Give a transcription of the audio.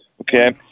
Okay